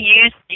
use